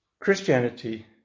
Christianity